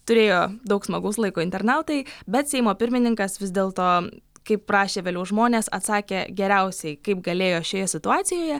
turėjo daug smagaus laiko internautai bet seimo pirmininkas vis dėlto kaip rašė vėliau žmonės atsakė geriausiai kaip galėjo šioje situacijoje